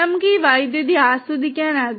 നമുക്ക് ഈ വൈദ്യുതി ആസ്വദിക്കാനാകും